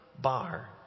bar